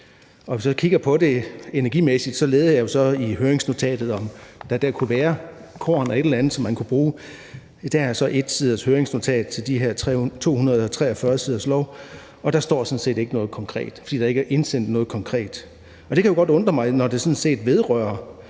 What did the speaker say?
Hvis jeg kigger på det energimæssigt, leder jeg jo så i høringsnotatet efter, om der kunne være nogle korn af et eller andet, som man kunne bruge. Der er så et etsides høringsnotat til de her 243 siders lovforslag, og der står sådan set ikke noget konkret, fordi der ikke er indsendt noget konkret. Det kan jo godt undre mig, når det sådan set vedrører